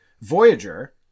Voyager